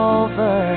over